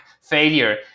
failure